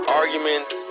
arguments